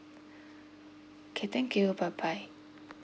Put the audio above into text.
okay thank you bye bye